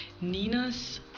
Nina's